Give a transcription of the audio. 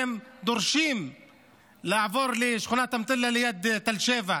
והם דורשים לעבור לשכונה אלמטלה ליד תל שבע.